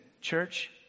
church